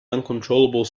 uncontrollable